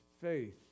faith